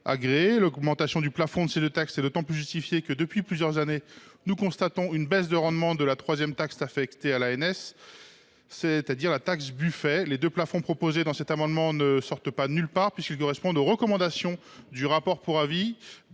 L’augmentation du plafond de ces deux taxes est d’autant plus justifiée que, depuis plusieurs années, nous constatons une baisse de rendement de la troisième taxe affectée à l’ANS, la taxe Buffet. Les deux plafonds proposés ne sortent pas de nulle part : ils correspondent aux recommandations contenues